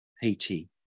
Haiti